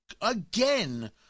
again